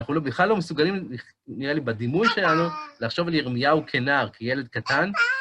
אנחנו בכלל לא מסוגלים, נראה לי, בדימוי שלנו, לחשוב על ירמיהו כנער, כילד קטן...